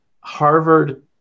Harvard